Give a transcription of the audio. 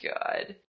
God